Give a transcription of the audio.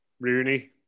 Rooney